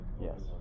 Yes